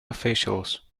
officials